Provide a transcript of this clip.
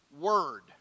word